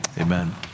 Amen